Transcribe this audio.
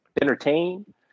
entertain